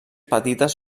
petites